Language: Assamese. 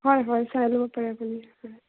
হয় হয় চাই ল'ব পাৰে আপুনি হয়